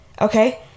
okay